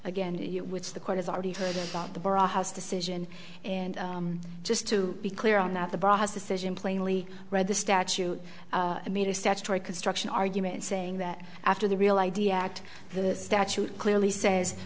again which the court has already heard about the barajas decision and just to be clear on that the boss decision plainly read the statute made a statutory construction argument saying that after the real i d act the statute clearly says